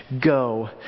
go